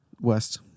west